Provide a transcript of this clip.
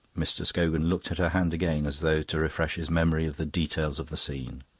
mr. scogan looked at her hand again as though to refresh his memory of the details of the scene.